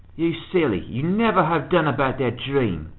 you silly! you never have done about that dream.